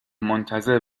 منتظر